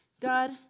God